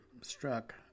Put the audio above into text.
struck